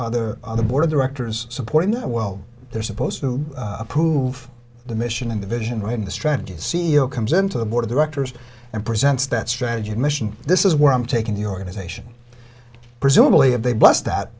other on the board of directors supporting that well they're supposed to approve the mission and the vision when the strategy c e o comes into the board of directors and presents that strategy and mission this is where i'm taking the organization presumably if they bust that